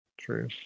True